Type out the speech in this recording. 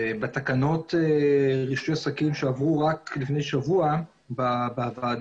בתקנות רישוי העסקים שעברו רק לפני שבוע בוועדה